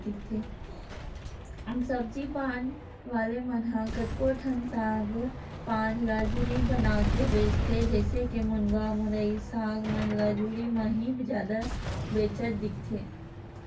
सब्जी पान वाले मन ह कतको ठन साग पान ल जुरी बनाके बेंचथे, जइसे के मुनगा, मुरई, साग मन ल जुरी म ही जादा बेंचत दिखथे